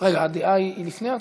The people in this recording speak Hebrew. הדעה היא לפני ההצבעה?